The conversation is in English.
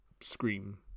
Scream